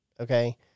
Okay